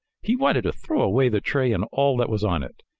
he wanted to throw away the tray and all that was on it.